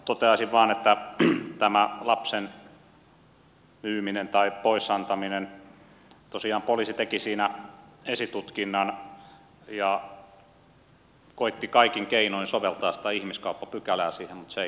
toteaisin vaan että tässä lapsen myymisessä tai pois antamisessa tosiaan poliisi teki esitutkinnan ja koetti kaikin keinoin soveltaa sitä ihmiskauppapykälää siihen mutta se ei käynyt